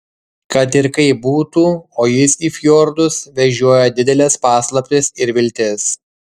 kad ir kaip būtų o jis į fjordus vežioja dideles paslaptis ir viltis